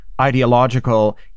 ideological